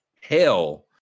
Hell